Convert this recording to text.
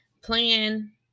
plan